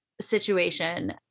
situation